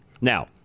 Now